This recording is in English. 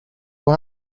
will